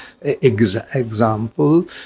example